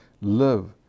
Live